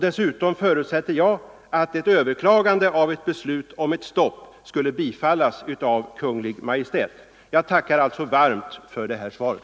Dessutom förutsätter jag att ett överklagande av ett beslut om ett stopp skulle bifallas av Kungl. Maj:t. Jag tackar varmt för svaret.